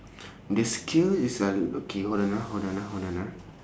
the skill is uh okay hold on ah hold on ah hold on ah